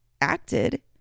acted